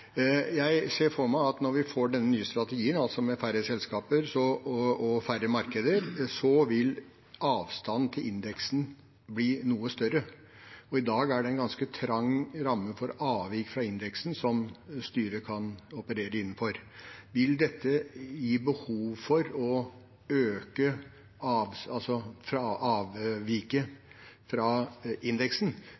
Jeg ser for meg at når vi får den nye strategien, altså med færre selskaper og færre markeder, vil avstanden til indeksen bli noe større. I dag er det en ganske trang ramme for avvik fra indeksen som styret kan operere innenfor. Vil dette gi behov for å øke avviket fra